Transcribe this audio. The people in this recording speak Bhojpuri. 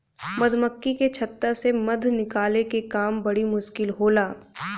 मधुमक्खी के छता से मध निकाले के काम बड़ी मुश्किल होला